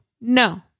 No